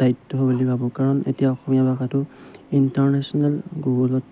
দায়িত্ব বুলি ভাবোঁ কাৰণ এতিয়া অসমীয়া ভাষাটো ইণ্টাৰনেশ্যনেল গুগলত